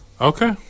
okay